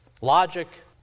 Logic